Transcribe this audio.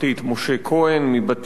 משה כהן מבת-ים,